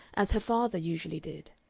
as her father usually did.